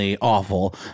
awful